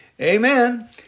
Amen